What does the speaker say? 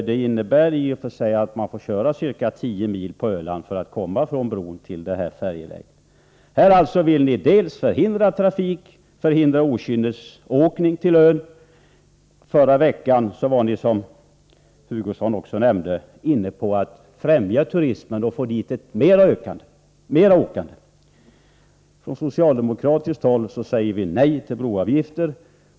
Det innebär i och för sig att man får köra ca tio mil på Öland för att komma från bron till färjeläget. Moderaterna vill alltså förhindra okynnesåkning till Öland. Men i förra veckan var ni, vilket även Kurt Hugosson nämnde, inne på att främja turismen och få ett ökat åkande. Från socialdemokratiskt håll säger vi nej till broavgifter.